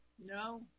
No